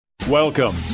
Welcome